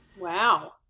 Wow